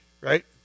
right